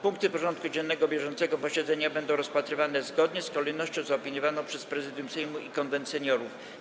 Punkty porządku dziennego bieżącego posiedzenia będą rozpatrywane zgodnie z kolejnością zaopiniowaną przez Prezydium Sejmu i Konwent Seniorów.